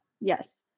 yes